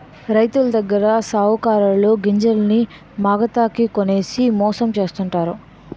రైతులదగ్గర సావుకారులు గింజల్ని మాగతాకి కొనేసి మోసం చేస్తావుంటారు